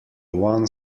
one